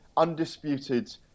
undisputed